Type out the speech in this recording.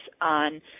on